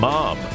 Mom